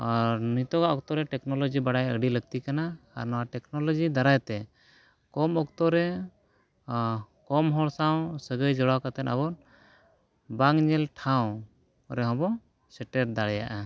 ᱟᱨ ᱱᱤᱛᱚᱜᱼᱟᱜ ᱚᱠᱛᱚᱨᱮ ᱴᱮᱠᱱᱳᱞᱚᱡᱤ ᱵᱟᱲᱟᱭ ᱟᱹᱰᱤ ᱞᱟᱹᱠᱛᱤ ᱠᱟᱱᱟ ᱟᱨ ᱱᱚᱣᱟ ᱴᱮᱠᱱᱳᱞᱚᱡᱤ ᱫᱟᱨᱟᱭᱛᱮ ᱠᱚᱢ ᱚᱠᱛᱚ ᱨᱮ ᱠᱚᱢ ᱦᱚᱲ ᱥᱟᱶ ᱥᱟᱹᱜᱟᱹᱭ ᱡᱚᱲᱟᱣ ᱠᱟᱛᱮᱫ ᱟᱵᱚ ᱵᱟᱝ ᱧᱮᱞ ᱴᱷᱟᱶ ᱨᱮᱦᱚᱸ ᱵᱚᱱ ᱥᱮᱴᱮᱨ ᱫᱟᱲᱮᱭᱟᱜᱼᱟ